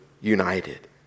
united